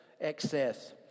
excess